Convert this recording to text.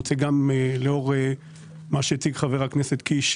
לאור מה שהציג חבר הכנסת קיש,